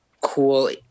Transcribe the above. cool